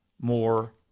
more